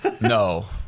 No